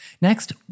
Next